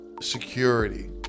security